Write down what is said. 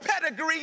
pedigree